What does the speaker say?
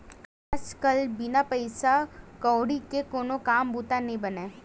आज कल बिन पइसा कउड़ी के कोनो काम बूता नइ बनय